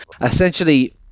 essentially